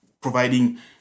providing